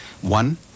one